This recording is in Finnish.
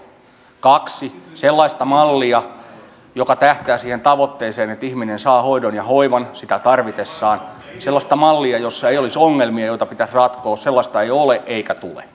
toiseksi sellaista mallia joka tähtää siihen tavoitteeseen että ihminen saa hoidon ja hoivan sitä tarvitessaan sellaista mallia jossa ei olisi ongelmia joita pitäisi ratkoa sellaista ei ole eikä tule